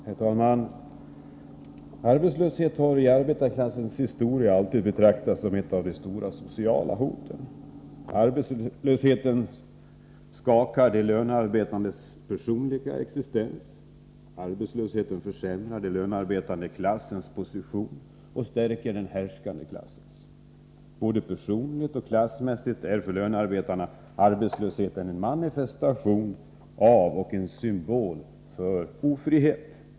Herr talman! Arbetslöshet har i arbetarklassens historia alltid betraktats som ett av de stora sociala hoten. Arbetslösheten skakar de lönearbetandes personliga existens. Arbetslösheten försämrar den lönearbetande klassens position och stärker den härskande klassens. Både personligt och klassmässigt är för lönearbetarna arbetslösheten en manifestation av och en symbol för ofrihet.